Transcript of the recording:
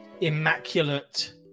immaculate